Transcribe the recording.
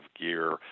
gear